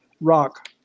Rock